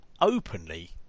openly